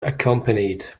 accompanied